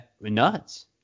Nuts